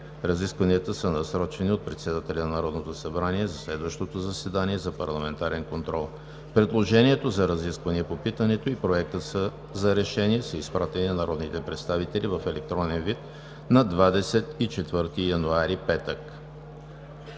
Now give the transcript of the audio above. Разискванията са насрочени от председателя на Народното събрание за следващото заседание за парламентарен контрол. Предложението за разисквания по питането и Проектът за решение са изпратени на народните представители в електронен вид на 24 януари 2020